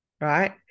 right